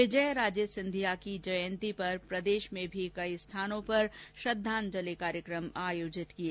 विजया राजे सिंधिया की जयन्ती पर प्रदेश में भी कई स्थानों पर श्रद्धांजलि कार्यक्रम आयोजित हुए